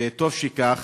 וטוב שכך.